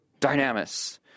dynamis